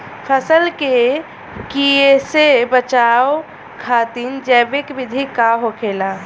फसल के कियेसे बचाव खातिन जैविक विधि का होखेला?